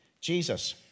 Jesus